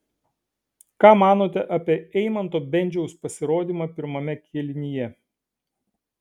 ką manote apie eimanto bendžiaus pasirodymą pirmame kėlinyje